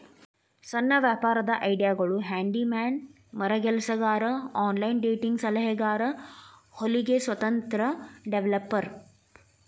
ಸಣ್ಣ ವ್ಯಾಪಾರದ್ ಐಡಿಯಾಗಳು ಹ್ಯಾಂಡಿ ಮ್ಯಾನ್ ಮರಗೆಲಸಗಾರ ಆನ್ಲೈನ್ ಡೇಟಿಂಗ್ ಸಲಹೆಗಾರ ಹೊಲಿಗೆ ಸ್ವತಂತ್ರ ಡೆವೆಲಪರ್